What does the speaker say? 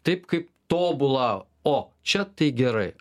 taip kaip tobulą o čia tai gerai